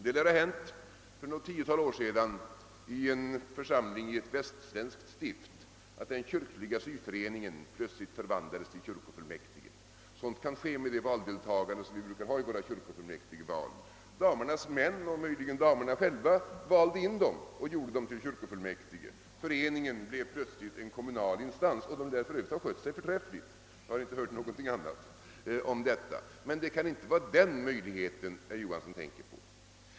Det lär ha hänt för något tiotal år sedan i en församling i ett västsvenskt stift att den kyrkliga syföreningen plötsligt förvandlades till kyrkofullmäktige. Sådant kan ju ske med det valdeltagande som vi brukar ha i våra kyrkofullmäktigeval. De kvinnliga föreningsmedlemmarnas män och möjligen kvinnorna själva valde in medlemmarna och gjorde dem till kyrkofullmäktige — föreningen blev plötsligt en kommunal instans. Den lär för övrigt ha skött sig förträffligt — jag har inte hört någonting annat. Men det kan inte vara den möjligheten som herr Johansson tänker på.